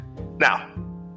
Now